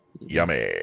Yummy